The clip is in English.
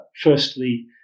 Firstly